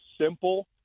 simple